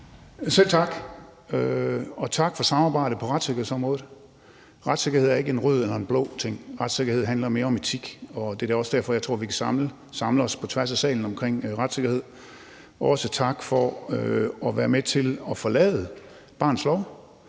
Selv tak, og tak for samarbejdet på retssikkerhedsområdet. Retssikkerhed er ikke en rød eller en blå ting; retssikkerhed handler mere om etik, og det er da også derfor, jeg tror, at vi kan samle os på tværs af salen omkring retssikkerhed. Også tak for at være med til at forlade barnets lov